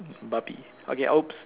babi okay oops